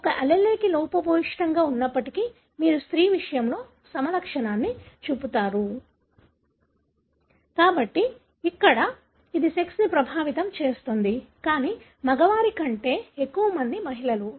ఒక allele లోపభూయిష్టం గా ఉన్నప్పటికీ మీరు స్త్రీ విషయంలో సమలక్షణాన్ని చూపుతారు కాబట్టి ఇక్కడ ఇది సెక్స్ని ప్రభావితం చేస్తుంది కానీ మగవారి కంటే ఎక్కువ మంది మహిళలు